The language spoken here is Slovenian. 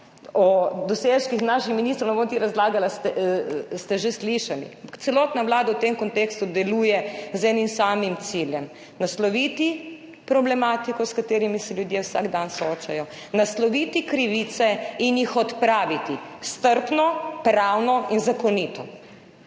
O dosežkih naših ministrov ne bom niti razlagala, ste že slišali. Celotna vlada v tem kontekstu deluje z enim samim ciljem – nasloviti problematike, s katerimi se ljudje vsak dan soočajo, nasloviti krivice in jih odpraviti – strpno, pravno in zakonito.